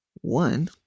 one